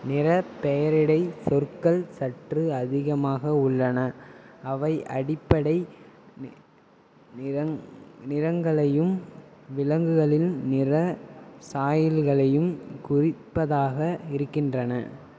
நிறப் பெயரிடைச் சொற்கள் சற்று அதிகமாக உள்ளன அவை அடிப்படை நிறங் நிறங்களையும் விலங்குகளின் நிறச் சாயல்களையும் குறிப்பதாக இருக்கின்றன